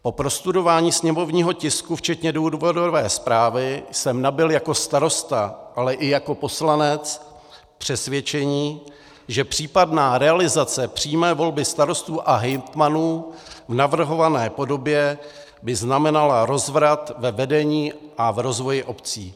Po prostudování sněmovního tisku včetně důvodové zprávy jsem nabyl jako starosta, ale i jako poslanec přesvědčení, že případná realizace přímé volby starostů a hejtmanů v navrhované podobě by znamenala rozvrat ve vedení a v rozvoji obcí.